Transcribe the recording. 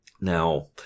Now